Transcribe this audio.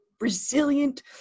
resilient